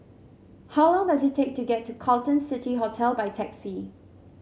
how long does it take to get to Carlton City Hotel by taxi